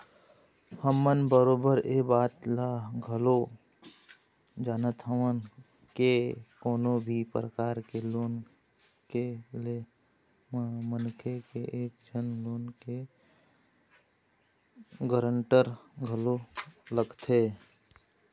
हमन बरोबर ऐ बात ल घलोक जानत हवन के कोनो भी परकार के लोन के ले म मनखे के एक झन लोन के गारंटर घलोक लगथे